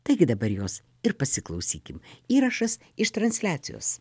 taigi dabar jos ir pasiklausykim įrašas iš transliacijos